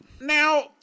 Now